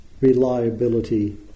reliability